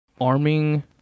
arming